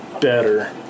better